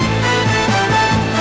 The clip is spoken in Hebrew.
אדוני השר,